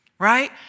Right